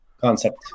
concept